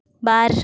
ᱵᱟᱨ